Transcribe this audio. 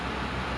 I see